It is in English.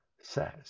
says